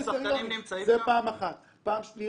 זו בדיוק הבעיה.